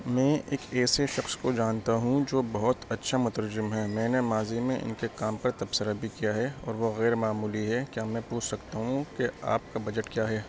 میں ایک ایسے شخص کو جانتا ہوں جو بہت اچھا مترجم ہے میں نے ماضی میں ان کے کام پر تبصرہ بھی کیا ہے اور وہ غیرمعمولی ہے کیا میں پوچھ سکتا ہوں کہ آپ کا بجٹ کیا ہے